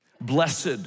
blessed